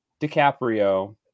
DiCaprio